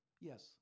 Yes